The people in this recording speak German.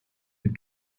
dem